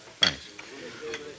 Thanks